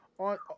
On